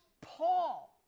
Paul